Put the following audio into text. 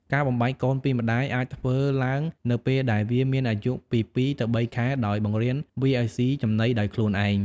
ការបំបែកកូនពីម្តាយអាចធ្វើឡើងនៅពេលដែលវាមានអាយុពីពីរទៅបីខែ ដោយបង្រៀនវាឲ្យស៊ីចំណីដោយខ្លួនឯង។